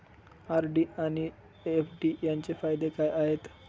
RD आणि FD यांचे फायदे काय आहेत?